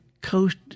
coast